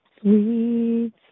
sweet